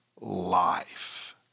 life